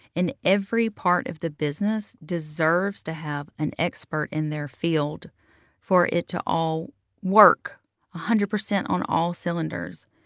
and every part of the business deserves to have an expert in their field for it to all work one ah hundred percent on all cylinders.